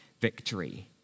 victory